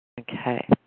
Okay